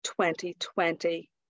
2020